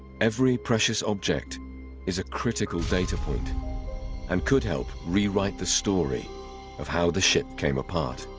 every precious object is a critical data point and could help rewrite the story of how the ship came apart